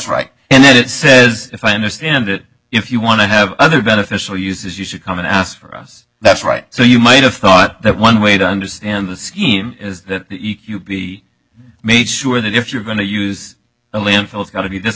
right and it says if i understand it if you want to have other beneficial uses you should come and ask for us that's right so you might have thought that one way to understand the scheme is that you be made sure that if you're going to use a limb fell it's got to be